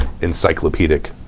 encyclopedic